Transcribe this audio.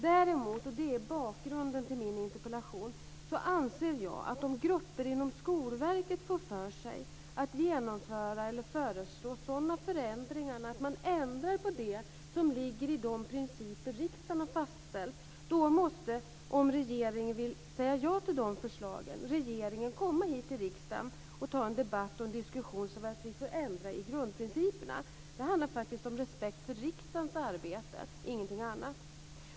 Däremot - och det är bakgrunden till min interpellation - anser jag att om grupper inom Skolverket får för sig att föreslå sådana förändringar som gör att man ändrar på det som ligger i de principer som riksdagen har fastställt måste regeringen, om regeringen vill säga ja till de förslagen, komma hit till riksdagen och föra en debatt och en diskussion så att vi får ändra i grundprinciperna. Det handlar faktiskt om respekt för riksdagens arbete och ingenting annat.